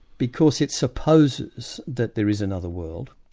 because it supposes that there is another world,